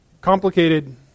complicated